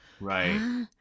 Right